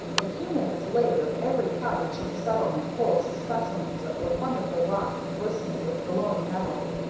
a few minutes later every cottage in the settlement holds specimens of the wonderful rock glistening with glowing metal.